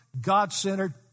God-centered